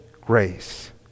grace